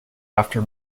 after